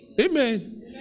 Amen